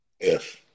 Yes